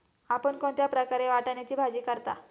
आपण कोणत्या प्रकारे वाटाण्याची भाजी करता?